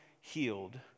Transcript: Healed